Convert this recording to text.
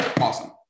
awesome